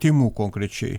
tymų konkrečiai